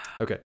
Okay